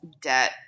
debt